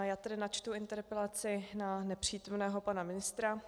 Já tedy načtu interpelaci na nepřítomného pana ministra.